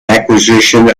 acquisitions